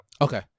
Okay